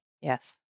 Yes